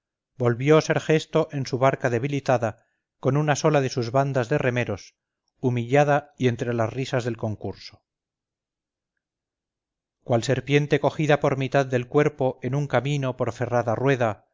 volvió sergesto en su barca debilitada con una sola de sus bandas de remeros humillada y entre las risas del concurso cual serpiente cogida por mitad del cuerpo en un camino por ferrada rueda